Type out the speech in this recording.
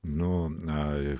nu na